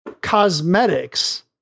cosmetics